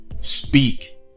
speak